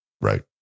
right